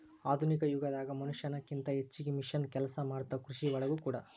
ಆಧುನಿಕ ಯುಗದಾಗ ಮನಷ್ಯಾನ ಕಿಂತ ಹೆಚಗಿ ಮಿಷನ್ ಕೆಲಸಾ ಮಾಡತಾವ ಕೃಷಿ ಒಳಗೂ ಕೂಡಾ